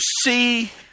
see